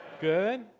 Good